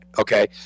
Okay